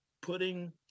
Putting